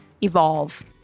evolve